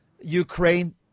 ukraine